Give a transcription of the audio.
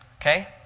Okay